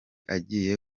agiye